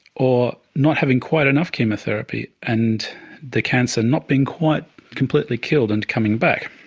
or not having quite enough chemotherapy and the cancer not being quite completely killed and coming back.